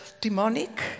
demonic